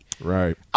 Right